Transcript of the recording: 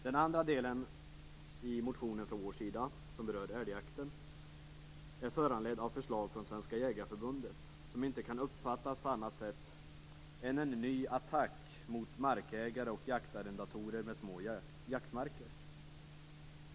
Den andra delen i vår motion rör älgjakten och är föranledd av förslag från Svenska Jägareförbundet som inte kan uppfattas som något annat än en ny attack mot markägare och jaktarrendatorer med små jaktmarker.